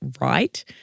right